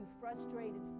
frustrated